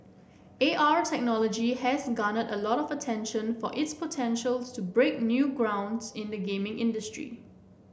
A R technology has garnered a lot of attention for its potentials to break new ground's in the gaming industry